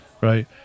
right